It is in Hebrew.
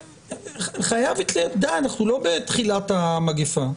די, אנחנו לא בתחילת המגפה.